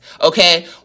okay